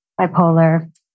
bipolar